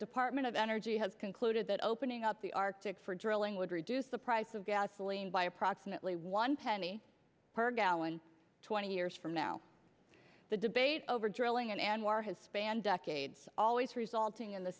department of energy has concluded that opening up the arctic for drilling would reduce the price of gasoline by approximately one penny per gallon twenty years from now the debate over drilling in anwar has spanned decades always resulting in the